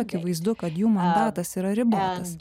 akivaizdu kad jų mandatas yra ribotas